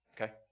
okay